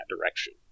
direction